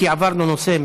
כי עברנו נושא,